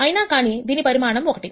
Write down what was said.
అయినా కానీ దీని పరిమాణం 1